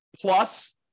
Plus